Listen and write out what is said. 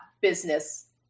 business